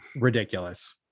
Ridiculous